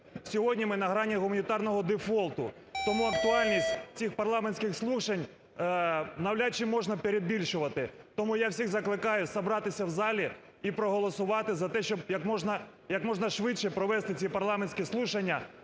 Сьогодні ми на грані гуманітарного дефолту. Тому актуальність цих парламентських слухань навряд чи можна перебільшувати. Тому я всіх закликає зібратися в залі і проголосувати за те, щоб якомога швидше провести ці парламентські слухання